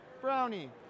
brownie